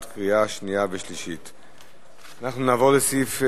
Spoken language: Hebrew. בעד, 22, נגד, 8, נמנע אחד.